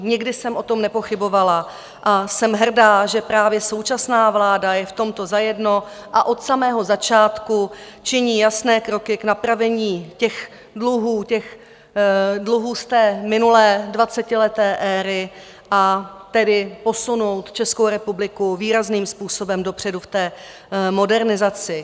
Nikdy jsem o tom nepochybovala a jsem hrdá, že právě současná vláda je v tomto zajedno a od samého začátku činí jasné kroky k napravení dluhů z té minulé dvacetileté éry, a tedy posunout Českou republiku výrazným způsobem dopředu v té modernizaci.